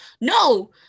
no